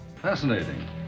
Fascinating